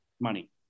money